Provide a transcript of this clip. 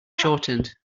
shortened